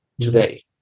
today